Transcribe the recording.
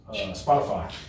Spotify